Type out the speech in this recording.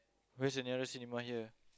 where's the nearest cinema here